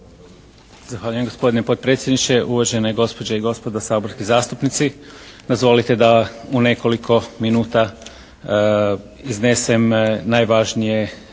Zahvaljujem gospodine potpredsjedniče. Uvažene gospođe i gospodo saborski zastupnici. Dozvolite da u nekoliko minuta iznesem najvažnije